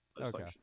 Okay